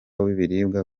w’ibiribwa